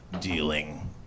dealing